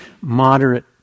moderate